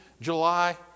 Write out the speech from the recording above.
July